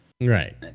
Right